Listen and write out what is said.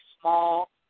small